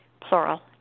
plural